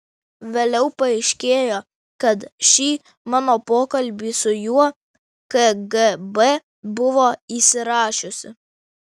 vėliau paaiškėjo kad šį mano pokalbį su juo kgb buvo įsirašiusi